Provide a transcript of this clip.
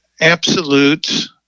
absolute